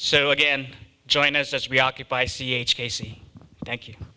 so again join us as we occupy c h casey thank you